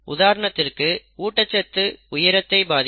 உதாரணத்திற்கு ஊட்டச்சத்து உயரத்தை பாதிக்கும்